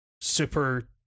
super